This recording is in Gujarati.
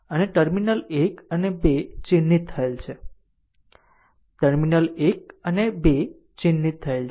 અને ટર્મિનલ 1 અને 2 ચિહ્નિત થયેલ છે ટર્મિનલ 1 અને 2 ચિહ્નિત થયેલ છે